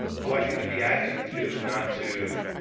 what you would be asking them to do is not to